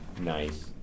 Nice